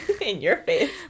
In-your-face